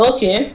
Okay